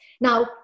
Now